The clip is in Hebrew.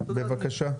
בבקשה.